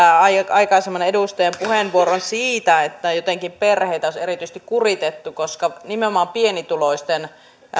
aikaisemman edustajan puheenvuoron siitä että jotenkin perheitä olisi erityisesti kuritettu koska nimenomaan pienituloisten